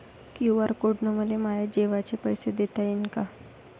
QR code न मले माये जेवाचे पैसे देता येईन का?